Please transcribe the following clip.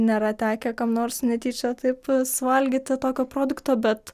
nėra tekę kam nors netyčia taip suvalgyti tokio produkto bet